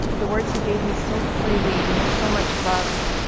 the words he gave me so freely and with so much love,